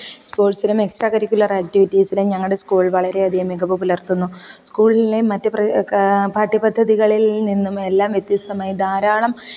സ്പോർട്സിലും extra curricular ആക്റ്റിവിറ്റീസിലും ഞങ്ങളുടെ school വളരെ അധികം മികവ് പുലർത്തുന്നു സ്കൂളിലെ മറ്റു പാഠ്യപദ്ധതികളിൽ നിന്നും എല്ലാം വ്യത്യസ്തമായി ധാരാളം